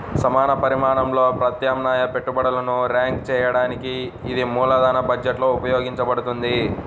సమాన పరిమాణంలో ప్రత్యామ్నాయ పెట్టుబడులను ర్యాంక్ చేయడానికి ఇది మూలధన బడ్జెట్లో ఉపయోగించబడుతుంది